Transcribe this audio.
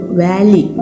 valley